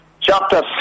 chapter